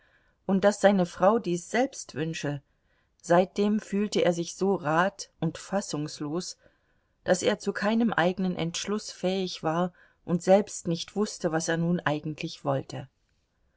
und daß seine frau dies selbst wünsche seitdem fühlte er sich so rat und fassungslos daß er zu keinem eigenen entschluß fähig war und selbst nicht wußte was er nun eigentlich wollte